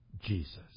Jesus